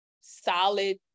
solid